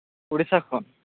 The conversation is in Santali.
ᱩᱲᱤᱥᱥᱟ ᱠᱷᱚᱱ